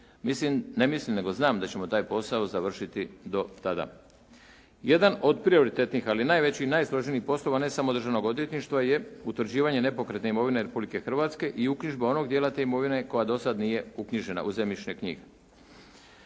Mislim, ne mislim nego znam da ćemo taj posao završiti do tada. Jedan od prioritetnih ali najvećih i najsloženijih poslova ne samo Državnog odvjetništva je utvrđivanje nepokretne imovine Republike Hrvatske i uknjižba onog dijela te imovine koja do sad nije uknjižena u zemljišne knjige.